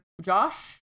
Josh